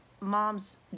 moms